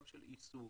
גם בשל עיסוק,